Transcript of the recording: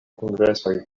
kongresoj